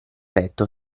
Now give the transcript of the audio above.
petto